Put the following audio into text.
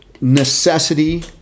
necessity